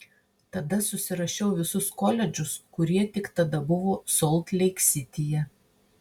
tada susirašiau visus koledžus kurie tik tada buvo solt leik sityje